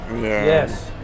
Yes